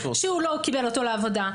שהוא לא קיבל אותו לעבודה.